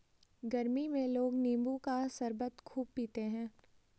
गरमी में लोग नींबू का शरबत खूब पीते है